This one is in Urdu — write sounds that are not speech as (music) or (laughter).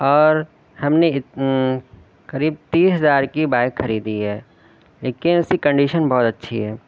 اور ہم نے (unintelligible) قریب تیس ہزار کی بائک خریدی ہے لیکن اس کی کنڈیشن بہت اچھی ہے